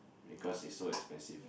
because it's so expensive